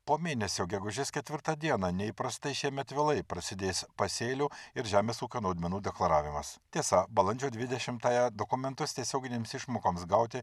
po mėnesio gegužės ketvirtą dieną neįprastai šiemet vėlai prasidės pasėlių ir žemės ūkio naudmenų deklaravimas tiesa balandžio dvidešimtąją dokumentus tiesioginėms išmokoms gauti